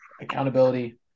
accountability